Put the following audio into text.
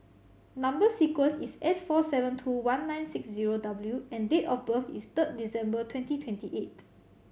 number sequence is S four seven two one nine six zero W and date of birth is third December twenty twenty eight